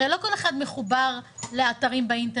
הרי לא כל אחד מחובר לאתרים באינטרנט,